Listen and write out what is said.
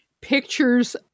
pictures